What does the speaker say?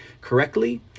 correctly